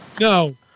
No